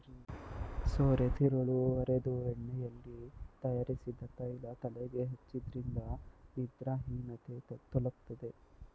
ಸೋರೆತಿರುಳು ಅರೆದು ಎಳ್ಳೆಣ್ಣೆಯಲ್ಲಿ ತಯಾರಿಸಿದ ತೈಲ ತಲೆಗೆ ಹಚ್ಚೋದ್ರಿಂದ ನಿದ್ರಾಹೀನತೆ ತೊಲಗ್ತದೆ